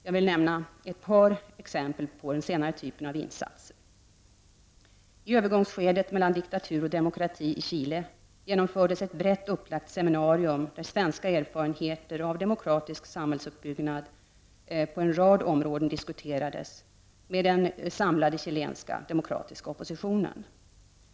Jag vill nämna ett par exempel på den senare typen av insatser. Chile genomfördes ett brett upplagt seminarium där svenska erfarenheter av demokratisk samhällsuppbyggnad på en rad områden diskuterades med den samlade chilenska demokratiska oppositionen.